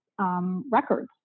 records